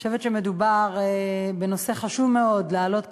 אני חושבת שמדובר בנושא שחשוב מאוד להעלות כאן,